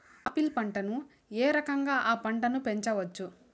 Apple పంటను ఏ రకంగా అ పంట ను పెంచవచ్చు?